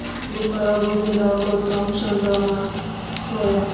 ଗୋପାଳ ଗୋବିନ୍ଦ ଗୌତମ ଚନ୍ଦ୍ରମା ସ୍ଵୟଂ